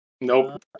Nope